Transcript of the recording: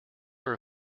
are